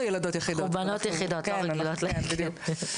תודה לך.